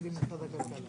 עם הטבות המס.